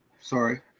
Sorry